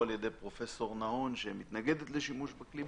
על ידי פרופסור מעון שמתנגדת לשימוש בכלי.